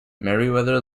meriwether